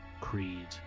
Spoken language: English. creed